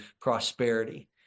prosperity